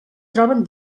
troben